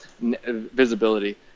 visibility